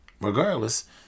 Regardless